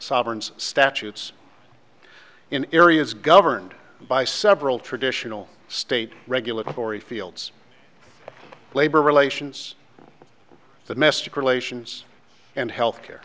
sovereigns statutes in areas governed by several traditional state regulatory fields labor relations the mystic relations and health care